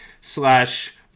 slash